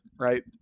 right